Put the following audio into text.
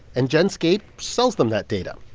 and genscape sells them that data.